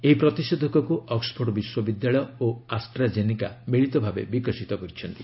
ଏହି ପ୍ରତିଷେଧକକୁ ଅକ୍ସଫୋର୍ଡ ବିଶ୍ୱବିଦ୍ୟାଳୟ ଓ ଆଷ୍ଟ୍ରା କେନିକା ମିଳିତ ଭାବେ ବିକଶିତ କରିଛନ୍ତି